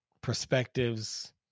perspectives